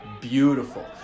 beautiful